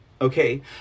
okay